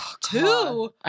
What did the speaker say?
two